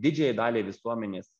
didžiajai daliai visuomenės